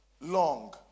long